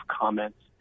comments